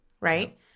right